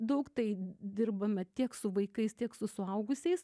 daug tai dirbame tiek su vaikais tiek su suaugusiais